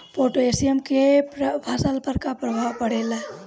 Potassium के फसल पर का प्रभाव पड़ेला?